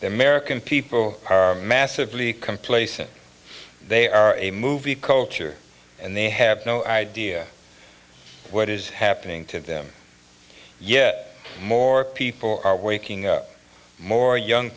the american people are massively complacent they are a movie culture and they have no idea what is happening to them yet more people are waking up more young